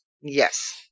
Yes